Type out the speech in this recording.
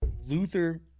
luther